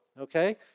okay